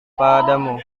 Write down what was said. padamu